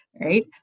right